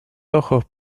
ojos